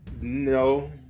no